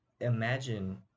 Imagine